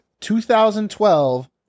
2012